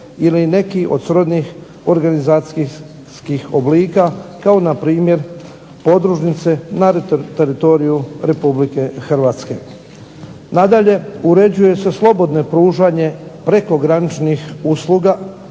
ili neki od srodnih organizacijskih oblika kao na primjer podružnice na teritoriju Republike Hrvatske. Nadalje, uređuje se slobodno pružanje prekograničnih usluga,